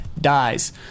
dies